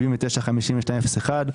795201,